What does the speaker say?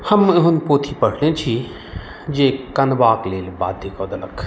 हम एहन पोथी पढ़ने छी जे कानबाके लेल बाध्य कऽ देलक